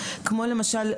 כמו למשל,